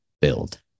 build